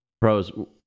Pros